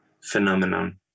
phenomenon